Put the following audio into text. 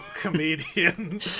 comedian